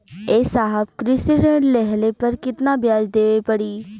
ए साहब कृषि ऋण लेहले पर कितना ब्याज देवे पणी?